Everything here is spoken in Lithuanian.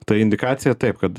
ta indikacija taip kad